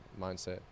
mindset